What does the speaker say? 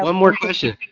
um more question,